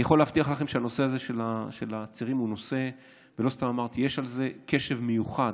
אני יכול להבטיח לכם שהנושא הזה של הצירים הוא נושא שיש עליו קשב מיוחד,